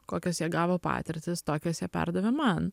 kokias jie gavo patirtis tokias jie perdavė man